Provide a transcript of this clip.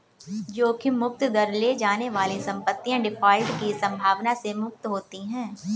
जोखिम मुक्त दर ले जाने वाली संपत्तियाँ डिफ़ॉल्ट की संभावना से मुक्त होती हैं